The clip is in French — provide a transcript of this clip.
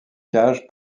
cage